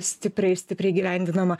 stipriai stipriai įgyvendinama